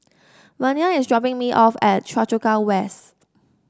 Vernia is dropping me off at Choa Chu Kang West